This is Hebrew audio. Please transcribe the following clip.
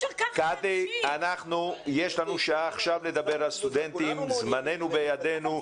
יש לנו שעה עכשיו לדבר על סטודנטים, זמננו בידינו.